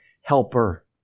Helper